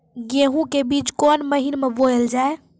गेहूँ के बीच कोन महीन मे बोएल जाए?